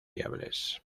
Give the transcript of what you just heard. fiables